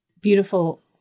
Beautiful